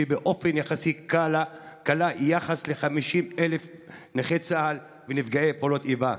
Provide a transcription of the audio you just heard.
שהיא באופן יחסי קלה ביחס ל-50,000 נכי צה"ל ונפגעי פעולות האיבה.